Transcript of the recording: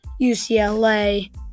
UCLA